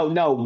no